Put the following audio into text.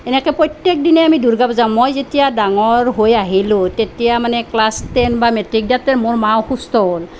সেনেকৈ প্ৰত্যেকদিনাই আমি দুৰ্গা পূজা মই যেতিয়া ডাঙৰ হৈ আহিলোঁ তেতিয়া মানে ক্লাছ টেন বা মেট্ৰিক দিয়াত মোৰ মাৰ অসুস্থ হ'ল